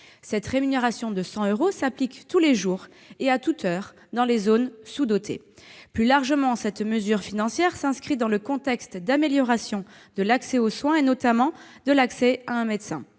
Cette rémunération de 100 euros s'applique tous les jours et à toute heure dans les zones sous-dotées. Plus largement, cette mesure financière s'inscrit dans un contexte d'amélioration de l'accès aux soins, et notamment de l'accès à un médecin.